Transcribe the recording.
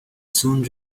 soon